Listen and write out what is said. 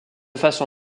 façon